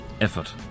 effort